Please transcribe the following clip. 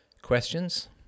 questions